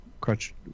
Crutch